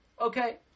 Okay